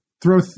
throw